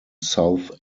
south